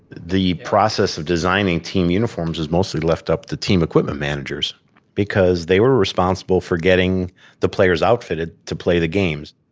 the process of designing team uniforms was mostly left up to team equipment managers because they were responsible for getting the players outfitted to play the games.